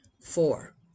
Four